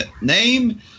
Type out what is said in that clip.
Name